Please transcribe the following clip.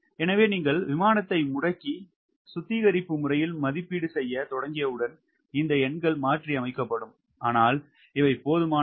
எனவே நீங்கள் விமானத்தை முடக்கி சுத்திகரிப்பு முறையில் மதிப்பீடு செய்யத் தொடங்கியவுடன் இந்த எண்கள் மாற்றியமைக்கப்படும் ஆனால் இவை போதுமானவை